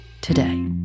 today